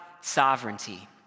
sovereignty